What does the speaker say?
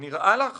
נראה לך